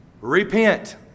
Repent